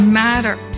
matter